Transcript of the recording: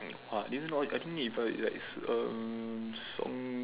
!wah! this like a song